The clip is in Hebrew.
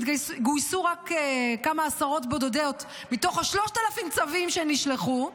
גויסו רק כמה עשרות בודדות מתוך 3,000 הצווים שנשלחו.